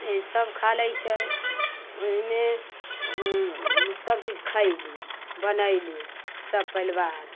ईसभ खा लै छै ओहिमे सभ चीज खयली बनैली सपरिवार